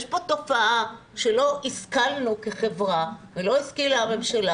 יש פה תופעה שלא השכלנו כחברה ולא השכילה הממשלה